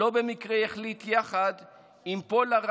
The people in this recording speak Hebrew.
לא במקרה החליט יחד עם פולה,